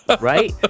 Right